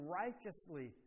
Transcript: righteously